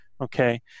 okay